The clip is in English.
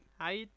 Hi